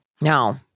No